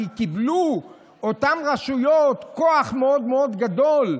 כי אותן רשויות קיבלו